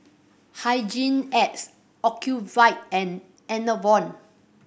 Hygin X Ocuvite and Enervon